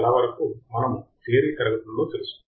చాలా వరకు మనము థియరీ తరగతులలో తెలుసుకున్నాము